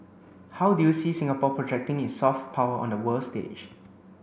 how do you see Singapore projecting its soft power on the world stage